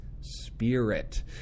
spirit